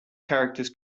characters